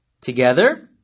together